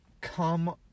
Come